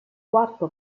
quarto